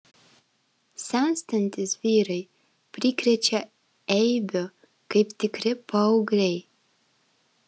senstantys vyrai prikrečia eibių kaip tikri paaugliai